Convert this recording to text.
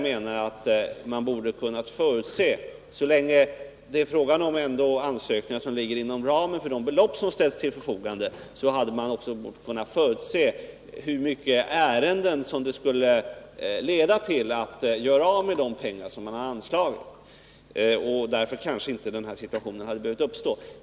Så länge det är fråga om ansökningar som ligger inom ramen för de belopp som ställs till förfogande borde man ha kunnat förutse hur många ärenden som man kan räkna med för att göra av med de anslagna medlen. Den här situationen hade kanske inte behövt uppstå.